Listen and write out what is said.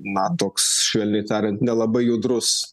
man toks švelniai tariant nelabai judrus